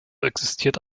existiert